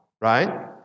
right